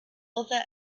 other